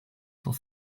cent